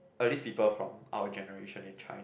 at least people from out of generation in China